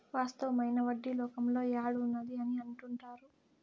వాస్తవమైన వడ్డీ లోకంలో యాడ్ ఉన్నది అని అంటుంటారు